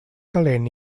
calent